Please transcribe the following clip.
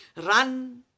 Run